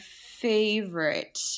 favorite